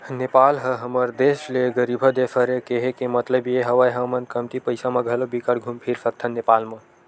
नेपाल ह हमर देस ले गरीबहा देस हरे, केहे के मललब ये हवय हमन कमती पइसा म घलो बिकट घुम फिर सकथन नेपाल म